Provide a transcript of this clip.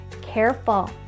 Careful